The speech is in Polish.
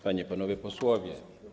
Panie i Panowie Posłowie!